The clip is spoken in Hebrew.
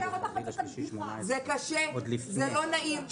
זה לא נעים,